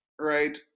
Right